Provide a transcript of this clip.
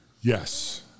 Yes